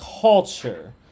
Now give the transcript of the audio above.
culture